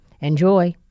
Enjoy